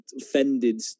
offended